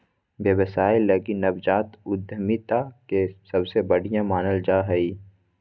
व्यवसाय लगी नवजात उद्यमिता के सबसे बढ़िया मानल जा हइ